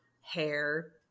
hair